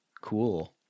cool